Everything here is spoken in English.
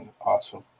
Awesome